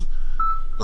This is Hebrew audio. אולם לא